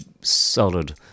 solid